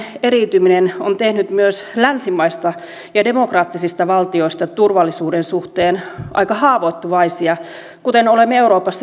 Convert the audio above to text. yhteiskunnallinen eriytyminen on tehnyt myös länsimaista ja demokraattisista valtioista turvallisuuden suhteen aika haavoittuvaisia kuten olemme euroopassa joutuneet seuraamaan